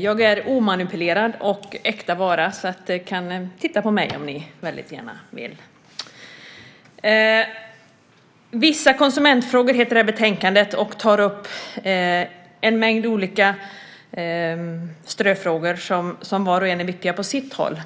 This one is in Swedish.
jag är omanipulerad och äkta vara, så ni kan titta på mig om ni väldigt gärna vill. Vissa konsumentfrågor heter det här betänkandet och tar upp en mängd olika ströfrågor som var och en är viktiga på sitt håll.